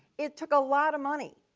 it took a lot of money.